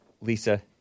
Lisa